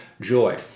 joy